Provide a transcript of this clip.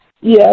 Yes